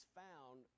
found